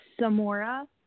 Samora